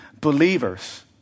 believers